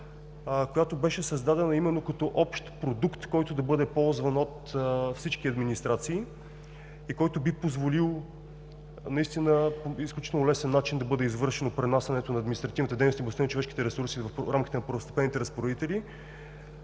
която беше създадена именно като общ продукт, който да бъде ползван от всички администрации и който би позволил наистина по изключително лесен начин да бъде извършено пренасянето на административната дейност в областта на човешките ресурси в рамките на първостепенните разпоредители.